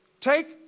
Take